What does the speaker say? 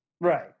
Right